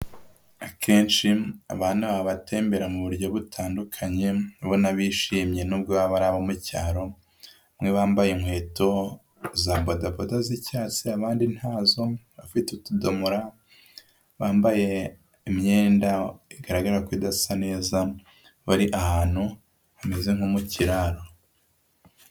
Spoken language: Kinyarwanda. Akenshi abana baba batembera mu buryo butandukanye, ubona bishimye n'ubwo baba ari abo mu cyaro, bamwe bambaye inkweto za bodaboda z'icyatsi, abandi ntazo, bafite utudomora, bambaye imyenda igaragara ko idasa neza, bari ahantu hameze nko mukiraro.